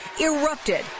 erupted